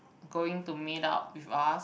going to meet up with us